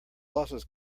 losses